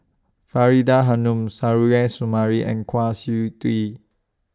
Faridah Hanum Suzairhe Sumari and Kwa Siew Tee